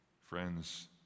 Friends